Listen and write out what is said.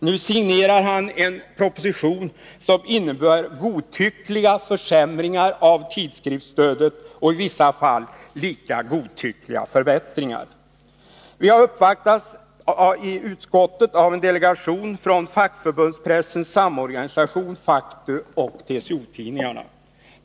Nu signerar han en proposition som innebär godtyckliga försämringar av tidskriftsstödet och i vissa fall lika godtyckliga förbättringar. Vi har uppvaktats i utskottet av en delegation från Fackförbundspressens samorganisation, Factu, och TCO-tidningarna.